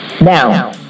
Now